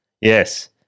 Yes